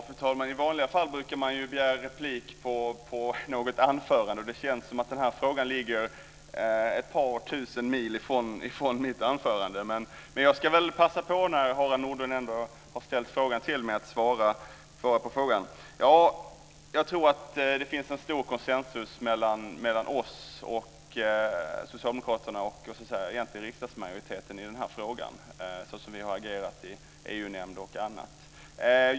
Fru talman! I vanliga fall brukar man begära replik med anledning av något som sagts i anförandet. Det känns som att denna fråga ligger att par tusen mil ifrån mitt anförande. Men jag ska passa på, när Harald Nordlund ändå har ställt frågan till mig, att svara. Jag tror att det finns en stor konsensus mellan oss och socialdemokraterna - det gäller egentligen hela riksdagsmajoriteten - i denna fråga, med tanke på hur vi har agerat i t.ex. EU-nämnd.